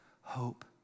hope